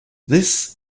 this